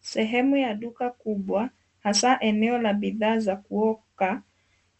Sehemu ya duka kubwa hasaa eneo la bidhaa za kuoka